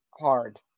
hard